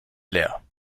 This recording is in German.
leer